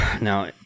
Now